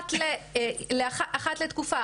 אחת לתקופה,